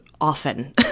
often